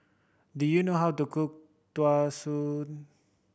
do you know how to cook Tau Suan